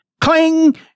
cling